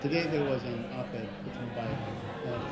today there was an op-ed written by